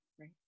right